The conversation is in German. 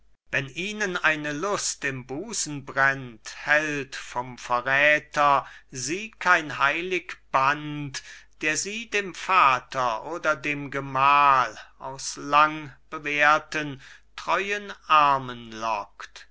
wenn ihnen eine lust im busen brennt hält vom verräther sie kein heilig band der sie dem vater oder dem gemahl aus langbewährten treuen armen lockt